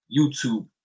YouTube